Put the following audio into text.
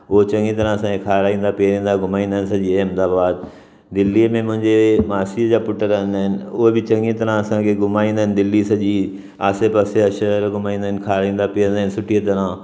उहो चङी तरह सां खाराईंदा पीअंदा घुमाईंदा सॼी अहमदाबाद दिल्ली में मुंहिंजे मासी जा पुटु रहंदा आहिनि उहे बि चङी तरह असांखे घुमाईंदा आहिनि दिल्ली सॼी आसे पासे जा शहर घुमाईंदा आहिनि खाराईंदा पीअंदा आहिनि सुठीअ तरह